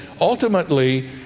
ultimately